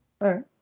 right